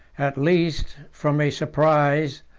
at least from a surprise,